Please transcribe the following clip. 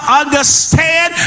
understand